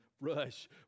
rush